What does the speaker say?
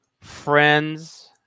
friends